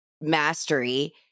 mastery